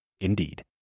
Indeed